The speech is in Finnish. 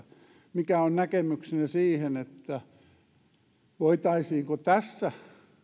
mikä on näkemyksenne siihen voitaisiinko tässä